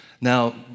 Now